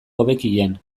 hobekien